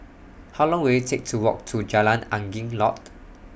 How Long Will IT Take to Walk to Jalan Angin Laut